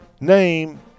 name